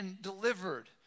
delivered